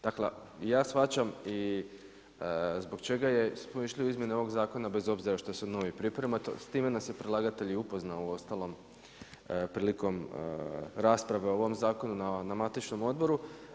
Dakle, ja shvaćam i zbog čega smo išli na izmjene ovog zakona bez obzira što se novi priprema, s time nas je i predlagatelj upoznao uostalom prilikom rasprave o ovom zakonu na matičnom odboru.